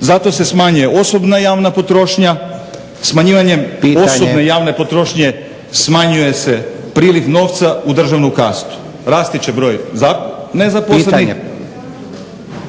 Zato se smanjuje osobna javna potrošnja. Smanjivanjem osobne javne potrošnje… …/Upadica Leko: Pitanje./… … smanjuje se priliv novca u državnu kasu. Rasti će broj nezaposlenih.